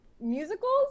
musicals